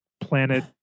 planet